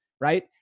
Right